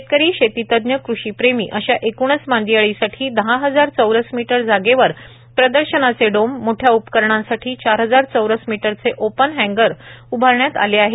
शेतकरी शेती तज्ज्ञ कृषी प्रेमी अशा एकूणच मांदियाळीसाठी दहा हजार चौरस मीटर जागेवर प्रदर्शनाचे डोम मोठ्या उपकरणांसाठी चार हजार चौरस मीटरचे ओपन हँगर उभारण्यात आले आहेत